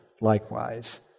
likewise